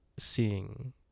Seeing